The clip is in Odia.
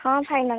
ହଁ ଫାଇନାଲ୍